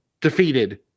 defeated